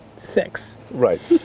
six. right.